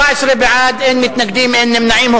14 בעד, אין מתנגדים ואין נמנעים.